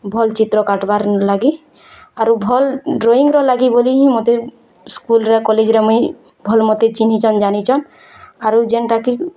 ଭଲ୍ ଚିତ୍ର କାଟ୍ବାର୍ ଲାଗି ଆରୁ ଭଲ୍ ଡ଼୍ରଇଁର ଲାଗି ବୋଲି ମୋତେ ସ୍କୁଲରେ କଲେଜରେ ମୁଇଁ ଭଲ୍ ମୋତେ ଚିହ୍ନିଚନ୍ ଜାଣିଛନ୍ ଆରୁ ଯେଣ୍ଟା କି